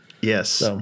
Yes